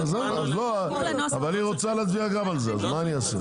אבל היא רוצה להצביע גם על זה, מה אני אעשה?